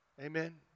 Amen